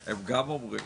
אם אתה שואל אותי,